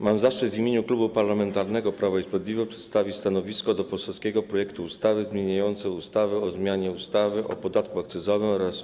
Mam zaszczyt w imieniu Klubu Parlamentarnego Prawo i Sprawiedliwość przedstawić stanowisko wobec poselskiego projektu ustawy zmieniającej ustawę o zmianie ustawy o podatku akcyzowym oraz